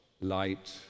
light